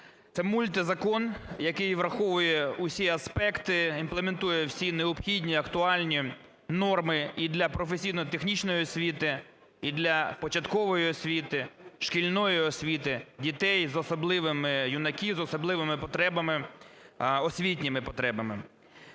це мультизакон, який враховує всі аспекти, імплементує всі необхідні актуальні норми і для професійно-технічної освіти, і для початкової освіти, шкільної освіти, дітей з особливими, юнаків з особливими потребами,